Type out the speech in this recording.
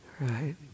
Right